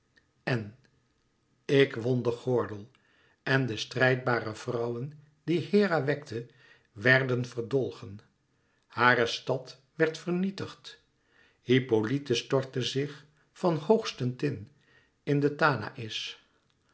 en ik wn den gordel en de strijdbare vrouwen die hera wekte werden verdolgen hare stad werd vernietigd hippolyte stortte zich van hogsten tin in den tanaïs